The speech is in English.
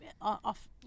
off